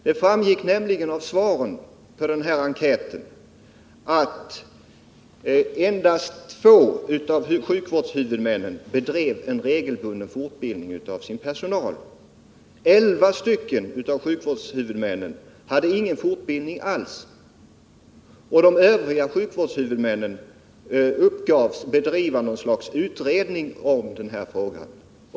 Det framgick nämligen av svaren på enkäten att endast två av sjukvårdshuvudmännen bedrev regelbunden fortbildning av sin personal, att elva av sjukvårdshuvudmännen inte hade någon fortbildning alls och att de övriga sjukvårdshuvudmännen uppgavs utreda frågan.